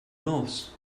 nos